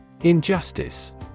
Injustice